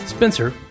Spencer